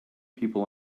people